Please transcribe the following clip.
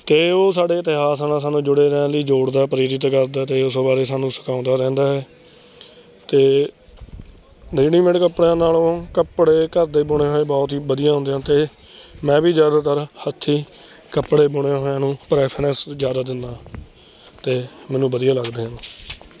ਅਤੇ ਉਹ ਸਾਡੇ ਇਤਿਹਾਸ ਨਾਲ਼ ਸਾਨੂੰ ਜੁੜੇ ਰਹਿਣ ਲਈ ਜੋੜਦਾ ਪ੍ਰੇਰਿਤ ਕਰਦਾ ਅਤੇ ਉਸ ਬਾਰੇ ਸਾਨੂੰ ਸਿਖਾਉਂਦਾ ਰਹਿੰਦਾ ਹੈ ਅਤੇ ਰੇਡੀਮੇਡ ਕੱਪੜਿਆਂ ਨਾਲੋਂ ਕੱਪੜੇ ਘਰ ਦੇ ਬੁਣੇ ਹੋਏ ਬਹੁਤ ਹੀ ਵਧੀਆ ਹੁੰਦੇ ਹਨ ਅਤੇ ਮੈਂ ਵੀ ਜ਼ਿਆਦਾਤਰ ਹੱਥੀਂ ਕੱਪੜੇ ਬੁਣਿਆ ਹੋਇਆ ਨੂੰ ਪ੍ਰੈਫਰੈਂਸ ਜ਼ਿਆਦਾ ਦਿੰਦਾ ਅਤੇ ਮੈਨੂੰ ਵਧੀਆ ਲੱਗਦੇ ਹਨ